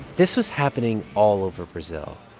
this was happening all over brazil.